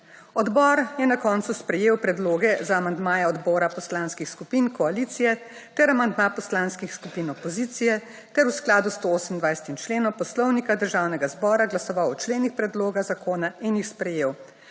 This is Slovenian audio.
Odbor je na koncu sprejel predloge za amandmaje odbora poslanskih skupin koalicije ter amandma poslanskih opozicije, ter v skladu s 128. členom Poslovnika Državnega zbora glasoval o členih predloga zakona in jih sprejel.